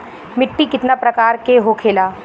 मिट्टी कितना प्रकार के होखेला?